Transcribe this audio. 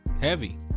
heavy